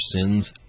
sins